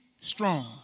strong